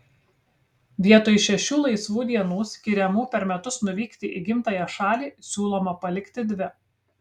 vietoj šešių laisvų dienų skiriamų per metus nuvykti į gimtąją šalį siūloma palikti dvi